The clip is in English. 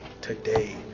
today